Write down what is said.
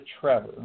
Trevor